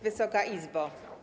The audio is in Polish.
Wysoka Izbo!